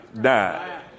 died